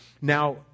Now